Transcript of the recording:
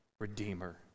redeemer